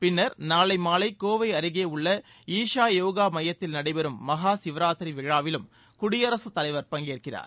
பின்னர் நாளை மாலை கோவை அருகே உள்ள ஈஷா யோகா மையத்தில் நடைபெறும் மஹா சிவராத்திரி விழாவிலும் குடியரசு தலைவர் பங்கேற்கிறார்